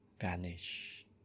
vanish